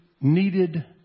needed